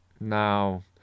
Now